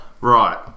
Right